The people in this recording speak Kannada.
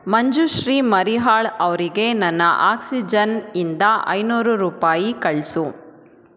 ಮಂಜುಶ್ರೀ ಮರೀಹಾಳ್ ಅವರಿಗೆ ನನ್ನ ಆಕ್ಸಿಜನ್ ಇಂದ ಐನೂರು ರೂಪಾಯಿ ಕಳಿಸು